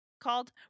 called